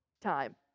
time